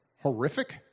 horrific